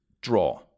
draw